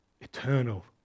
eternal